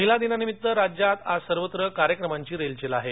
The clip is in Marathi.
महिला दिनानिमित्त राज्यात सर्वत्र आज कार्यक्रमांची रेलचेल आहे